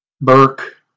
Burke